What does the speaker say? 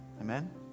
amen